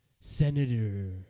Senator